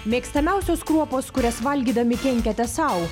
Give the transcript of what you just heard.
mėgstamiausios kruopos kurias valgydami kenkiate sau